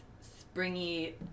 springy